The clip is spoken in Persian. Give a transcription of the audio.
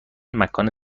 مکان